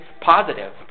positive